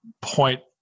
point